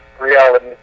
reality